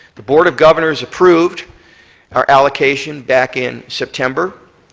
the board of governors approved our allocation back in september.